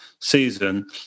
season